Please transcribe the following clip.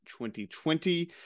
2020